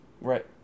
right